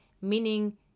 meaning